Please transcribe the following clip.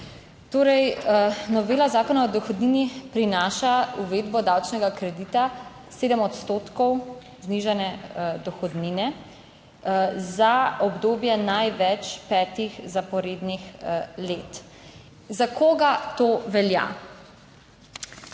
Torej, novela Zakona o dohodnini prinaša uvedbo davčnega kredita 7 odstotkov znižane dohodnine za obdobje največ petih zaporednih let. Za koga to velja?